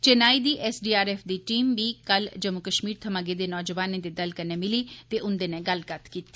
चैन्नेई दी S D R F दी team बी कल जम्मू कश्मीर थमां गेदे नौजवानें दे दल कन्नै मिली ते उन्दे नै गल्लकत्थ कीती